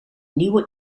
nieuwe